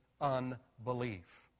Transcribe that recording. unbelief